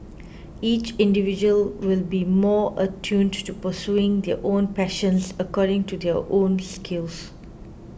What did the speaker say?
each individual will be more attuned to pursuing their own passions according to their own skills